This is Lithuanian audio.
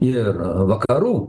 ir vakarų